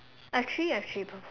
I've I've three purp~